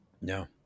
No